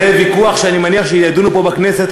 זה ויכוח שאני מניח שידונו בו פה בכנסת,